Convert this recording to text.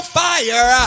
fire